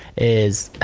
is,